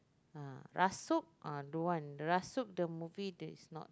uh Rasuk uh don't want Rasuk-The-Movie that is not